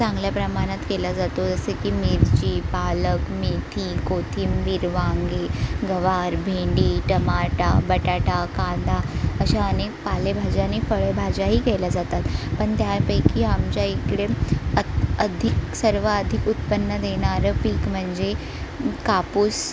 चांगल्या प्रमाणात केला जातो जसे की मिरची पालक मेथी कोथिंबीर वांगी गवार भेंडी टमाटा बटाटा कांदा अशा अनेक पालेभाज्या आणि फळभाज्याही केल्या जातात पण त्यापैकी आमच्या इकडे अद अधिक सर्वाधिक उत्पन्न देणारं पीक म्हणजे कापूस